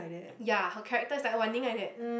ya her character is like Wan-Ning like that